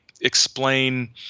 explain